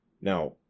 Now